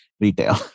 retail